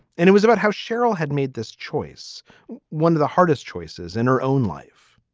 and it was about how sheryl had made this choice one of the hardest choices in her own life.